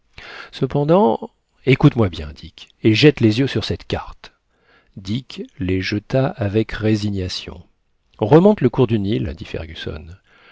cependant écoute-moi bien dick et jette les yeux sur cette carte dick les jeta avec résignation remonte le cours du nil dit